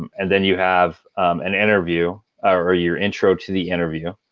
and then you have an interview or your intro to the interview.